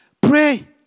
Pray